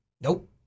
Nope